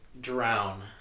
Drown